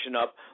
up